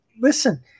listen